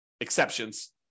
exceptions